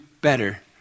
better